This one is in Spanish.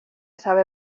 sabe